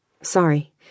Sorry